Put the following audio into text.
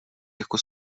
jako